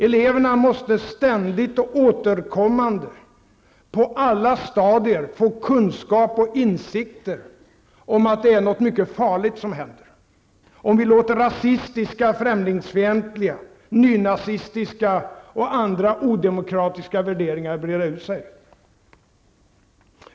Eleverna måste ständigt och återkommande på alla stadier få kunskap och insikter om att det är något mycket farligt som händer om vi låter rasistiska, främlingsfientliga, nynazistiska och andra odemokratiska värderingar breda ut sig.